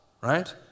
right